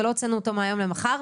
ולא הוצאנו אותו מהיום למחר,